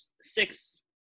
six